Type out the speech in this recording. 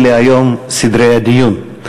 אלה היום סדרי הדיון.